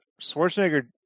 Schwarzenegger